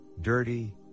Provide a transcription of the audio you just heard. dirty